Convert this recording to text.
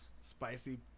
spicy